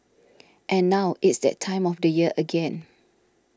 and now it's that time of the year again